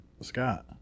Scott